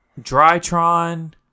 Drytron